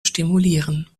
stimulieren